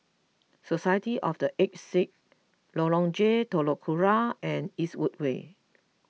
society of the Aged Sick Lorong J Telok Kurau and Eastwood Way